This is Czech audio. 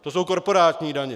To jsou korporátní daně.